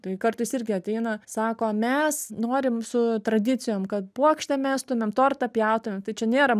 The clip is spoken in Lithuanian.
tai kartais irgi ateina sako mes norim su tradicijom kad puokštę mestume tortą pjaustumėm tai čia nėra